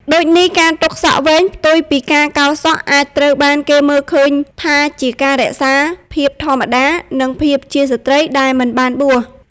ដូចនេះ ការទុកសក់វែងផ្ទុយពីការកោរសក់អាចត្រូវបានគេមើលឃើញថាជាការរក្សា ភាពធម្មតា និងភាពជាស្ត្រី ដែលមិនបានបួស។